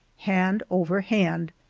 hand over hand,